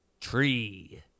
tree